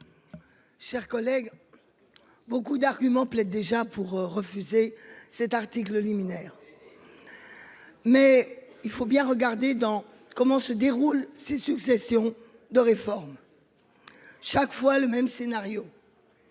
Chers collègues. Beaucoup d'arguments plaident déjà pour refuser cet article liminaire. Mais il faut bien regarder dans, comment se déroulent ces successions de réforme. Chaque fois le même scénario.